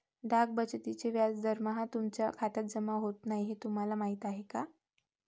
डाक बचतीचे व्याज दरमहा तुमच्या खात्यात जमा होत नाही हे तुम्हाला माहीत आहे का?